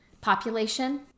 population